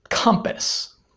compass